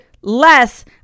less